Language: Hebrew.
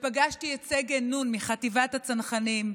ופגשתי את סגן נ' מחטיבת הצנחנים.